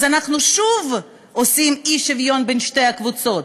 אז אנחנו שוב עושים אי-שוויון בין שתי הקבוצות,